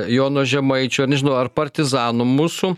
jono žemaičio nežinau ar partizanų mūsų